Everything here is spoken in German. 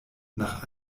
nach